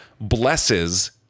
blesses